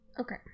Okay